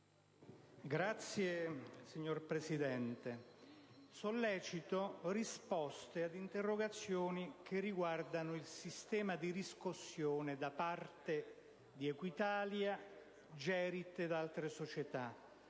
*(IdV)*. Signor Presidente, sollecito risposte ad interrogazioni che riguardano il sistema di riscossione da parte di Equitalia, Gerit ed altre società